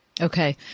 Okay